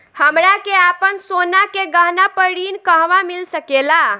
हमरा के आपन सोना के गहना पर ऋण कहवा मिल सकेला?